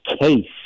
case